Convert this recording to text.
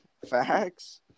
Facts